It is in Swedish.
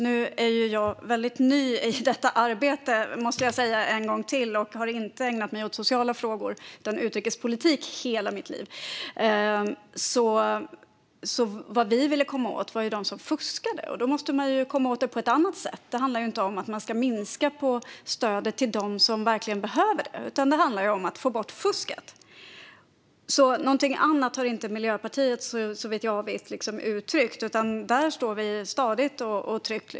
Nu är jag väldigt ny i detta arbete, måste jag säga en gång till. Jag har inte ägnat mig åt sociala frågor utan åt utrikespolitik hela mitt liv. Men det vi ville komma åt när direktiven lades fram var de som fuskade, och det måste man göra på annat sätt. Det handlar inte om att minska på stödet till dem som verkligen behöver det, utan det handlar om att få bort fusket. Någonting annat har inte Miljöpartiet uttryckt, såvitt jag vet. Där står vi stadigt och tryggt.